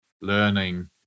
learning